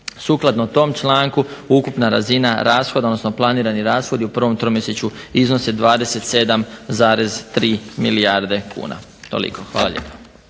Sukladno tom članku ukupna razina rashoda odnosno planirani rashodi u prvom tromjesečju iznose 27,3 milijarde kuna. Toliko, hvala lijepa.